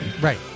Right